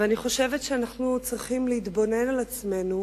ואני חושבת שאנחנו צריכים להתבונן על עצמנו